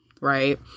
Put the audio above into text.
right